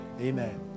Amen